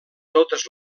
totes